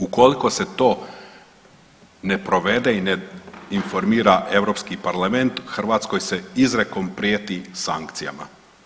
Ukoliko se to ne provede i ne informira Europski parlament Hrvatskoj se izrijekom prijeti sankcijama.